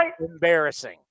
embarrassing